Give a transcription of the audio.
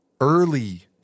early